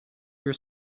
your